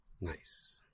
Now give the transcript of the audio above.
Nice